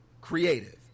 creative